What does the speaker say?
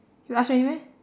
you ask already meh